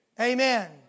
Amen